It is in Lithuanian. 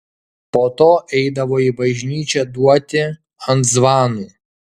po to eidavo į bažnyčią duoti ant zvanų